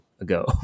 ago